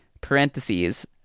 parentheses